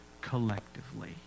collectively